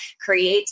create